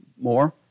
more